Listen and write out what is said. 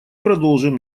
продолжим